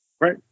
Right